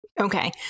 Okay